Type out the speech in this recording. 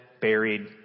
buried